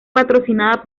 patrocinada